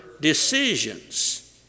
decisions